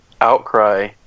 outcry